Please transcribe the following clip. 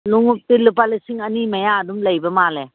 ꯂꯣꯡꯎꯞꯇꯤ ꯂꯨꯄꯥ ꯂꯤꯁꯤꯡ ꯑꯅꯤ ꯃꯌꯥ ꯑꯗꯨꯝ ꯂꯩꯕ ꯃꯥꯜꯂꯦ